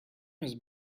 must